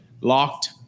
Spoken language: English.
Locked